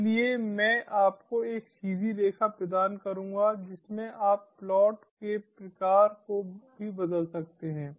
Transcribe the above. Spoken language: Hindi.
इसलिए मैं आपको एक सीधी रेखा प्रदान करूँगा जिसमें आप प्लॉट के प्रकार को भी बदल सकते हैं